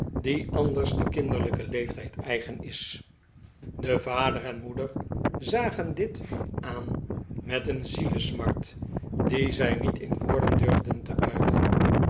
die anders den kinderlijken leeftijd eigen is de vader en moeder zagen dit aan met een zielesmart die zij niet in woorden durfden te uiten